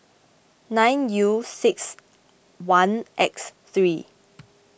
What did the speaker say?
nine U six one X three